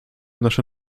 nasze